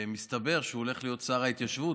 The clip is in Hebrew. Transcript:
שמסתבר שהוא הולך להיות שר ההתיישבות,